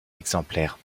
exemplaire